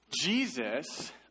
Jesus